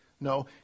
No